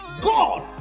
God